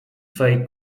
swej